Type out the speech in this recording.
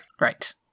Right